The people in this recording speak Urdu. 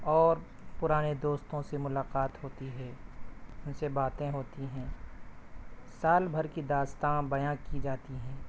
اور پرانے دوستوں سے ملاقات ہوتی ہے ان سے باتیں ہوتی ہیں سال بھر کی داستاں بیاں کی جاتی ہیں